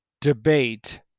debate